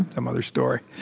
um other story.